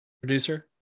Producer